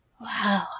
Wow